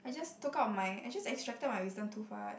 I just took out my I just extracted my wisdom tooth [what]